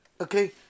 Okay